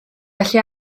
gallu